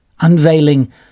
unveiling